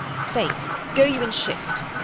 face, go you and shift.